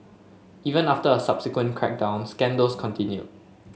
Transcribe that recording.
even after a subsequent crackdown scandals continued